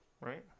Right